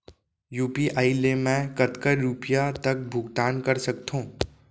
UPI ले मैं कतका रुपिया तक भुगतान कर सकथों